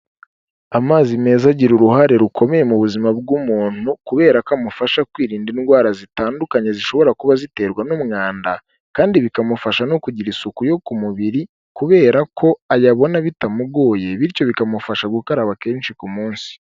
Amazi meza agira uruhare rukomeye mu buzima bw'umuntu kubera ko amufasha kwirinda indwara zitandukanye zishobora kuba ziterwa n'umwanda kandi bikamufasha no kugira isuku yo ku mubiri kubera ko ayabona bitamugoye, bityo bikamufasha gukaraba kenshi ku munsi.